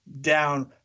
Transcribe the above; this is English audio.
down